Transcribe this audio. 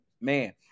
Man